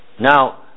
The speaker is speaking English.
Now